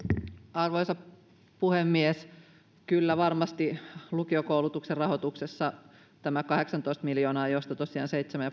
arvoisa puhemies kyllä varmasti lukiokoulutuksen rahoituksessa tämä kahdeksantoista miljoonaa josta tosiaan seitsemän